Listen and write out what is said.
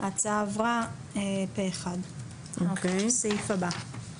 הצבעה הסעיפים אושרו אוקיי, סעיף הבא.